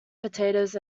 potatoes